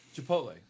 Chipotle